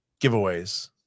giveaways